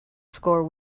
score